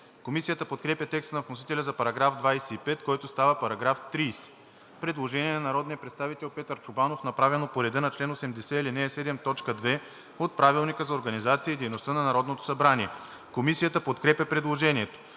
Комисията подкрепя текста на вносителя за § 25, който става § 30. Предложение на народния представител Петър Чобанов, направено по реда на чл. 80, ал. 7, т. 2 от Правилника за организацията и дейността на Народното събрание. Комисията подкрепя предложението.